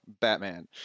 Batman